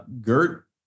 Gert